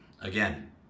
Again